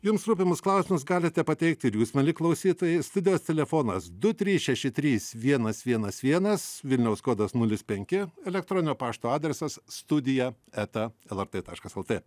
jums rūpimus klausimus galite pateikti ir jūs mieli klausytojai studijos telefonas du trys šeši trys vienas vienas vienas vilniaus kodas nulis penki elektroninio pašto adresas studija eta lrt taškas lt